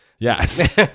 Yes